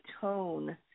tone